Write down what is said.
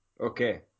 Okay